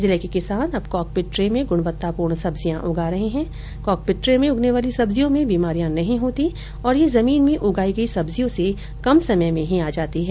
जिले के किसान अब कॉकपिट ट्रे में गुणवत्तापूर्ण सब्जियां उगा रहे है कोकपिट ट्रे में उगने वाली सब्जिया में बीमारियां नही होती है और ये जमीन में उगाई गयी सब्जियो से कम समय मे आ जाती है